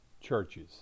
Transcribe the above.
churches